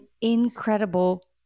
incredible